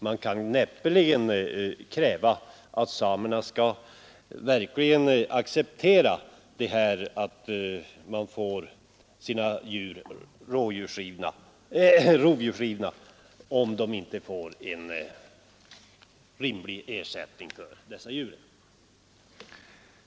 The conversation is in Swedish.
Man kan näppeligen kräva att samerna skall acceptera att få sina renar rovdjursrivna och låta rovdjuren gå fredade om de inte får en rimlig ersättning för de rovdjursrivna djuren. politiska åtgärder